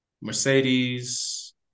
Mercedes